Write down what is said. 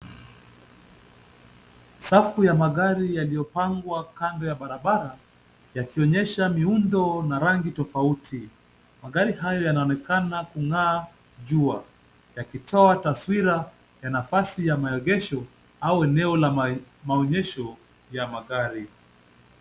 Safu ya magari yaliyopangwa kando ya barabara, yakionyesha miundo na rangi tofauti. Magari haya yanaonekana kung'aa jua, yakitoa taswira ya nafasi ya maegesho au eneo la maonyesho ya magari.